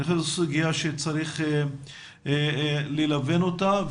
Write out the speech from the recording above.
אני חושב שזו סוגיה שצריך ללבן אותה,